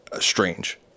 strange